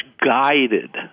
guided